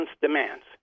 demands